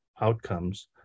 outcomes